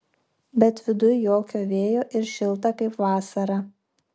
bet viduj jokio vėjo ir šilta kaip vasarą